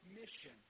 mission